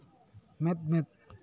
ᱢᱮᱫ ᱢᱮᱫ